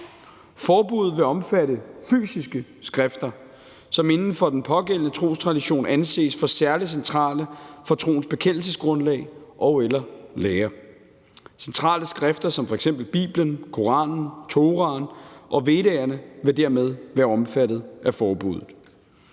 Forbuddet vil omfatte fysiske skrifter, som inden for den pågældende trostradition anses for særlig centrale for troens bekendelsesgrundlag og/eller lære. Centrale skrifter som f.eks. Bibelen, Koranen, Toraen og Vedaerne vil dermed være omfattet af forbuddet.